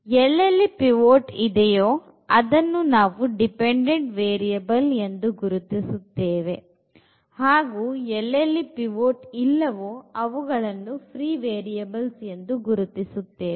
ಎಲ್ಲೆಲ್ಲಿ pivot ಇದೆಯೋ ಅದನ್ನು ನಾವು dependent variable ಎಂದು ಗುರುತಿಸುತ್ತೇವೆ ಹಾಗೂ ಎಲ್ಲೆಲ್ಲಿ pivot ಇಲ್ಲವೋ ಅವುಗಳನ್ನು free variables ಎಂದು ಗುರುತಿಸುತ್ತೇವೆ